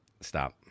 stop